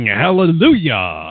hallelujah